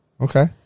Okay